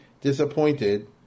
disappointed